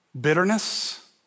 bitterness